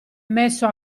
messo